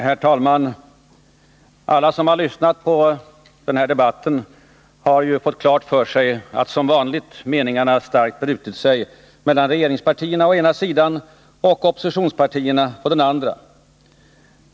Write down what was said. Herr talman! Alla som lyssnat på den här debatten har ju fått klart för sig, att som vanligt har meningarna starkt brutit sig mellan regeringspartierna å ena sidan och oppositionspartierna å den andra.